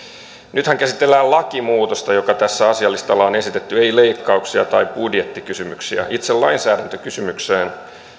nythän käsitellään lakimuutosta joka tässä asialistalla on esitetty ei leikkauksia tai budjettikysymyksiä itse lainsäädäntökysymyksestä